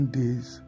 days